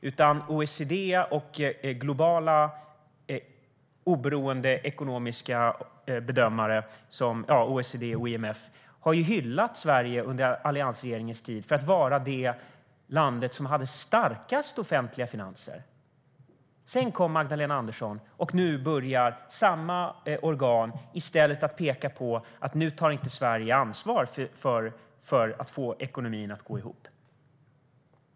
OECD, IMF och andra globala oberoende ekonomiska bedömare hyllade Sverige under alliansregeringens tid och menade att det var det land som hade de starkaste offentliga finanserna. Sedan kom Magdalena Andersson, och nu börjar samma organ i stället att peka på att Sverige inte längre tar ansvar för att få ekonomin att gå ihop.